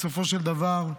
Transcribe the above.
בסופו של דבר,